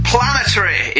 Planetary